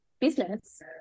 business